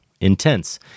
Intense